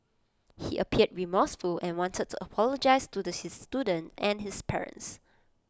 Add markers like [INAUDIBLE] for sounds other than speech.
he appeared remorseful and wanted to apologise to the [UNINTELLIGIBLE] student and his parents